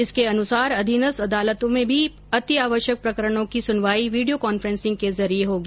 इसके अनुसार अधीनस्थ अदालतों में अति आवश्यक प्रकरणों की सुनवाई वीडियो कांफ्रेंसिंग के जरिए होगी